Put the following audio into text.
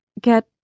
Get